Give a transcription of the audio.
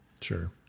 sure